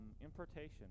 importation